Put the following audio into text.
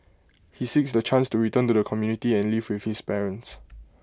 he seeks the chance to return to the community and live with his parents